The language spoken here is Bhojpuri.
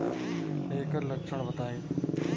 ऐकर लक्षण बताई?